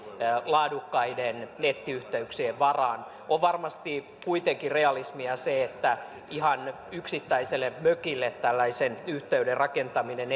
laadukkaiden nettiyhteyksien varaan on varmasti kuitenkin realismia se että ihan yksittäiselle mökille tällaisen yhteyden rakentaminen